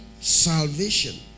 Salvation